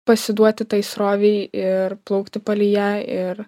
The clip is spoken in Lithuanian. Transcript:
pasiduoti tai srovei ir plaukti palei ją ir